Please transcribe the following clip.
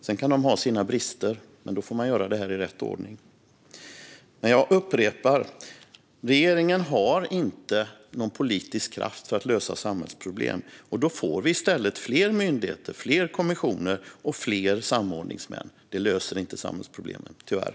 Sedan kan de ha sina brister, men man får göra det här i rätt ordning. Jag upprepar: Regeringen har inte någon politisk kraft att lösa samhällsproblem. Då får vi i stället fler myndigheter, fler kommissioner och fler samordningsmän. Det löser inte samhällsproblemen - tyvärr.